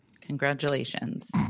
congratulations